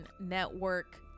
network